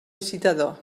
licitador